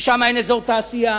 שאין להן אזור תעשייה,